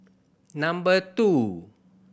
number two